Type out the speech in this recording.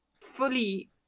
fully